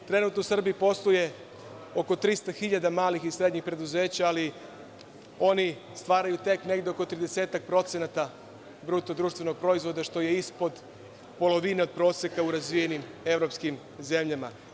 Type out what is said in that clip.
Trenutno u Srbiji postoji oko 300 hiljada malih i srednjim preduzeća, ali oni stvaraju tek negde oko 30-ak procenata BDP, što je ispod polovine od proseka u razvijenim evropskim zemljama.